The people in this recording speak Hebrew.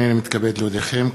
הנני מתכבד להודיעכם,